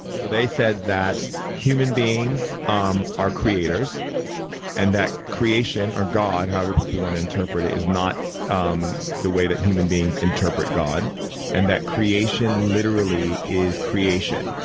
so they said that human beings um are creators and that creation are god, however people want to interpret it is not um the way that human beings interpret god and that creation literally is creation.